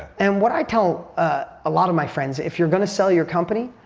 and what i tell a lot of my friends, if you're gonna sell your company,